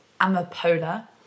Amapola